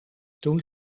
toen